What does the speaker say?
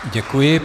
Děkuji.